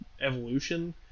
evolution